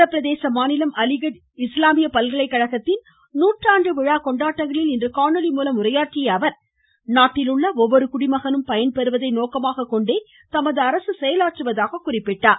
உத்திரபிரதேச மாநிலம் அலிகட் இஸ்லாமிய பல்கலைக்கழகத்தின் நூற்றாண்டு விழா கொண்டாட்டங்களில் இன்று காணொலி மூலம் உரையாற்றிய அவர் நாட்டில் உள்ள ஒவ்வொரு குடிமகனும் பயன்பெறுவதை நோக்கமாக கொண்டே தமது அரசு செயலாற்றுவதாகவும் தெரிவித்தார்